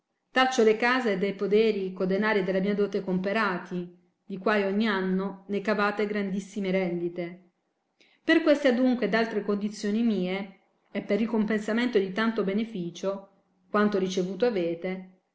taccio le case ed e poderi co denari della mia dote comperati di quai ogni anno ne cavate grandissime rendite per queste adunque ed altre condizioni mie e per ricompensamento di tanto beneficio quanto ricevuto avete